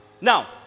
Now